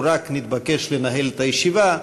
הוא רק נתבקש לנהל את הישיבה.